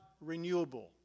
renewable